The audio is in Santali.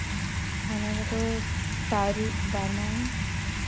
ᱚᱱᱟ ᱨᱮᱫᱚ ᱛᱟᱹᱨᱩᱵ ᱵᱟᱱᱟ